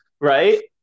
right